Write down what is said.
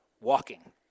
walking